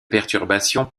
perturbations